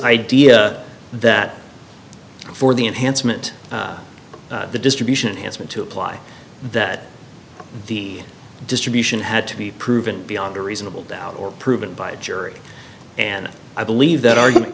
idea that for the enhancement the distribution has been to apply that the distribution had to be proven beyond a reasonable doubt or proven by a jury and i believe that argument